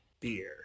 beer